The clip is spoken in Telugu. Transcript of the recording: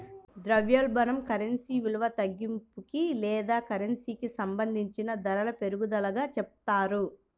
ద్రవ్యోల్బణం కరెన్సీ విలువ తగ్గింపుకి లేదా కరెన్సీకి సంబంధించిన ధరల పెరుగుదలగా చెప్తారు